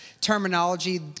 terminology